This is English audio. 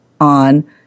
on